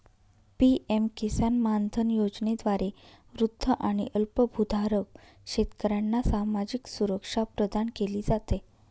PM Kisan Maandhan योजनेद्वारे वृद्ध आणि अल्पभूधारक शेतकऱ्यांना सामाजिक सुरक्षा प्रदान केली जाते